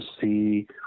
see